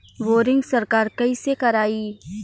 Boring सरकार कईसे करायी?